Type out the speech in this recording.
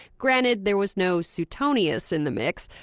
granted there was no suetonius in the mix,